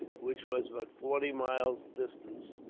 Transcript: which was but forty miles distant.